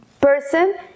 person